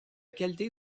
qualité